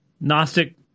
Gnostic